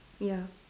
ya